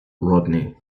rodney